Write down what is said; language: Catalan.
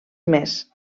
més